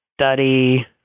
study